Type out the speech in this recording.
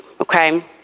Okay